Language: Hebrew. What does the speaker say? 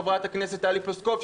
חברת הכנסת טלי פלוסקוב,